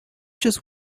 just